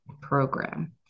program